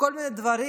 כל מיני דברים.